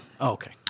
Okay